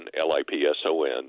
L-I-P-S-O-N